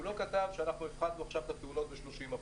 הוא לא כתב שאנחנו הפחתנו עכשיו את התאונות ב-30%,